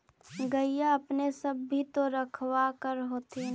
गईया अपने सब भी तो रखबा कर होत्थिन?